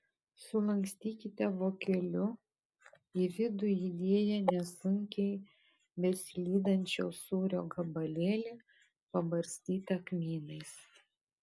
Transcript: sulankstykite vokeliu į vidų įdėję nesunkiai besilydančio sūrio gabalėlį pabarstytą kmynais